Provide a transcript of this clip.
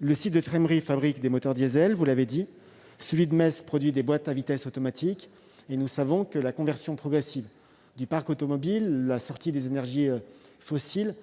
Le site de Trémery fabrique des moteurs diesel, vous l'avez dit ; celui de Metz produit des boîtes manuelles. Nous savons que la conversion progressive du parc automobile et la sortie des énergies fossiles